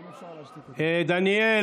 דניאל.